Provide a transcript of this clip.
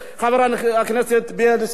חבר הכנסת בילסקי,